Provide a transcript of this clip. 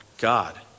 God